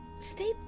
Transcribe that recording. stay